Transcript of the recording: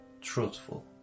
truthful